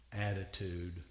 attitude